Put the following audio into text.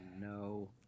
No